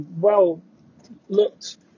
well-looked